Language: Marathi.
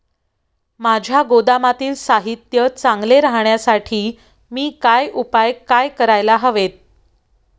माझ्या गोदामातील साहित्य चांगले राहण्यासाठी मी काय उपाय काय करायला हवेत?